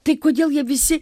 tai kodėl jie visi